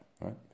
right